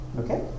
Okay